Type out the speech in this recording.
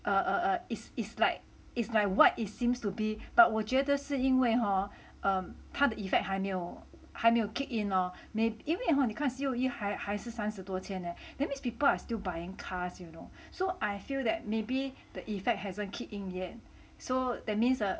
err err err is is like is like what it seems to be but 我觉得是因为 hor 他的 effect 还没有还没有 kick in lor may 因为 hor 你看 C_O_E 还还是三十多千 leh that means people are still buying cars you know so I feel that maybe the effect hasn't kicked in yet so that means err